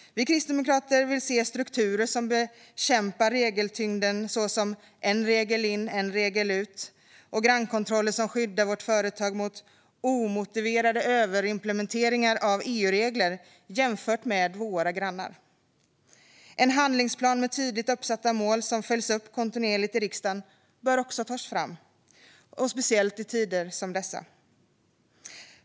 Kristdemokraterna vill se strukturer som bekämpar regeltyngden såsom en regel in, en regel ut och grannkontroller som skyddar Sveriges företag mot omotiverad överimplementering av EUregler jämfört med våra grannar. En handlingsplan med tydligt uppsatta mål som följs upp kontinuerligt i riksdagen bör också tas fram, speciellt i tider som dessa.